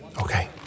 Okay